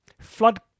Flood